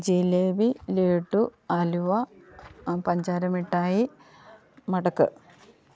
ജിലേബി ലഡു അലുവ പഞ്ചാരമിഠായി മടക്ക്